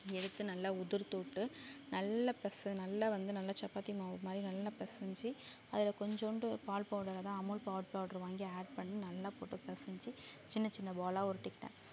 எடுத்து நல்லா உதிர்த்து விட்டு நல்லா பெச நல்லா வந்து நல்லா சப்பாத்தி மாவு மாதிரி நல்லா பெசைஞ்சி அதில் கொஞ்சோண்டு பால் பவுடரை தான் அமுல் பால் பவுடரை வாங்கி ஆட் பண்ணி நல்லா போட்டு பெசைஞ்சி சின்னச் சின்ன பாலாக உருட்டிக்கிட்டேன்